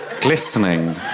glistening